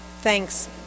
Thanks